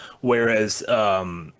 Whereas